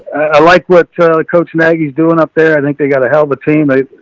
i liked what a coach and ag is doing up there. i think they got a hell of a team.